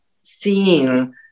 seeing